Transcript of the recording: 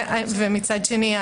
מצד שני,